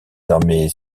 armées